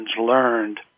learned